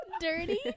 dirty